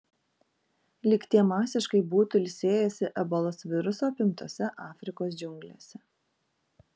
lyg tie masiškai būtų ilsėjęsi ebolos viruso apimtose afrikos džiunglėse